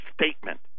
statement